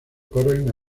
corren